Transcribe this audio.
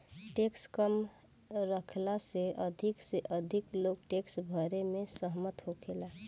tax कम रखला से अधिक से अधिक लोग टैक्स भरे में समर्थ होखो